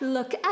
Look